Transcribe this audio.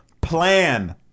plan